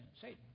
Satan